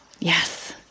yes